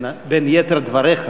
בין יתר דבריך,